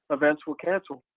events were canceled,